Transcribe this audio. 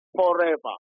forever